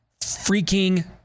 freaking